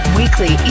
weekly